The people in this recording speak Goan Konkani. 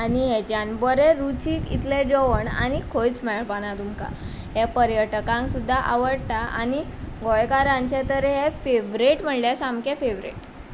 आनी हेच्यान बरें रुचीक इतलें जेवण आनी खंयच मेळपाना तुमकां हे पर्यटकांक सुद्दां आवडटा आनी गोंयकारांचें तर हें फेव्हरेट म्हणल्यार सामकें फेव्हरेट